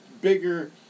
bigger